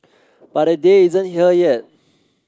but that day isn't here yet